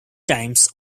times